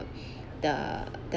the